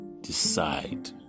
decide